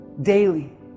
Daily